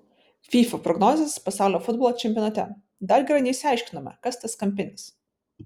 fyfų prognozės pasaulio futbolo čempionate dar gerai neišsiaiškinome kas tas kampinis